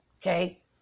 Okay